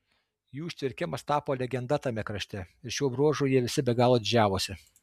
jų ištvirkimas tapo legenda tame krašte ir šiuo bruožu jie visi be galo didžiavosi